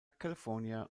california